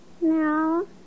No